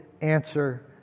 answer